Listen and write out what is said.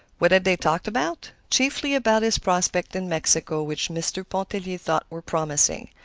what had they talked about? chiefly about his prospects in mexico, which mr. pontellier thought were promising.